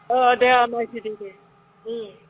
अ दे नायफैदो दे उम